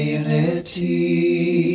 unity